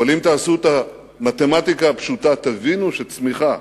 אבל אם תעשו את המתמטיקה הפשוטה, תבינו שצמיחה